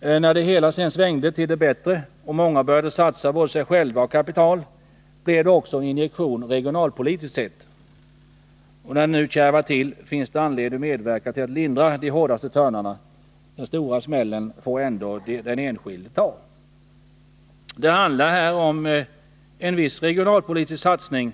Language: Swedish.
När det hela sedan svängde till det bättre och många började satsa både sig själva och kapital blev det också en injektion regionalpolitiskt sett. När det nu kärvar till finns det anledning att medverka till att lindra de hårdaste törnarna. Den stora smällen får ändå den enskilde ta. Det handlar här om en viss regionalpolitisk satsning